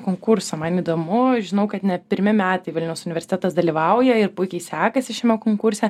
konkursą man įdomu žinau kad ne pirmi metai vilniaus universitetas dalyvauja ir puikiai sekasi šiame konkurse